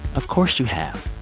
of course you have.